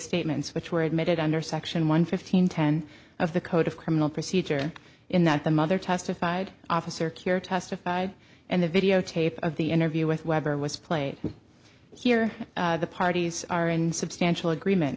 statements which were admitted under section one fifteen ten of the code of criminal procedure in that the mother testified officer cure testified and the videotape of the interview with weber was played here the parties are in substantial agreement